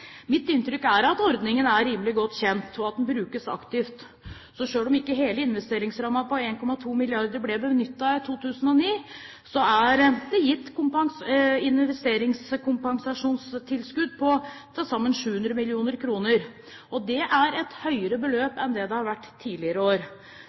Mitt inntrykk er at ordningen er rimelig godt kjent, og at den brukes aktivt. Så selv om ikke hele investeringsrammen på 1,2 mrd. kr ble benyttet i 2009, er det gitt investeringskompensasjonstilskudd på til sammen 700 mill. kr. Det er et høyere